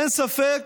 אין ספק